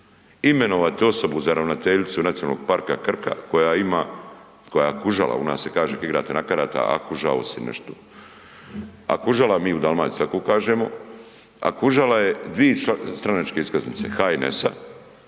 imenovati osobu za ravnateljicu Nacionalnog parka Krka koja ima, koja je kužala u nas se kaže kad igrate na karata, akužao si nešto, akužala mi u Dalmaciji, tako kažemo, akužala je dvije stranačke iskaznice HNS-a